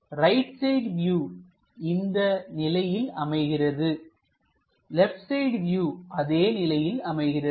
right side view இந்த நிலையில் அமைகிறது லெப்ட் சைடு வியூ அதே நிலையில் அமைகிறது